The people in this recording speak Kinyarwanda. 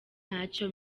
ntacyo